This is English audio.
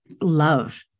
love